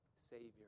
Savior